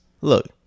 Look